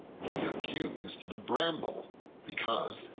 he accused the bramble because,